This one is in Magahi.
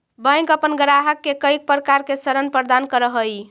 बैंक अपन ग्राहक के कईक प्रकार के ऋण प्रदान करऽ हइ